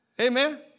Amen